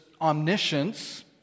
omniscience